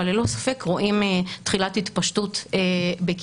אבל ללא ספק רואים תחילת התפשטות בקהילה.